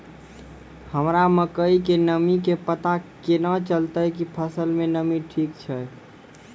हमरा मकई के नमी के पता केना चलतै कि फसल मे नमी ठीक छै?